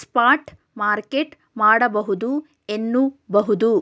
spot market ಮಾಡಬಹುದು ಎನ್ನುಬಹುದು